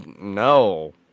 No